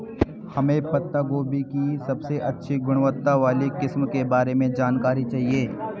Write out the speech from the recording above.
हमें पत्ता गोभी की सबसे अच्छी गुणवत्ता वाली किस्म के बारे में जानकारी चाहिए?